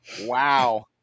Wow